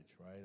right